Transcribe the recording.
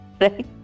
right